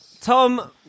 Tom